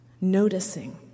noticing